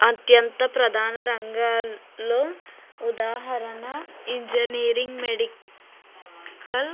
అత్యంత ప్రధాన రంగాల్లో ఉదాహరణ ఇంజనీరింగ్ మెడికల్